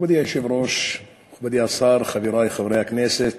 מכובדי היושב-ראש, מכובדי השר, חברי הכנסת,